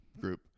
group